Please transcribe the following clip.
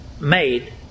made